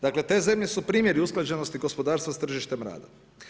Dakle, te zemlje su primjer i usklađenosti gospodarstva s tržištem rada.